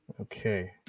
Okay